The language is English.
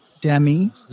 Demi